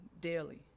daily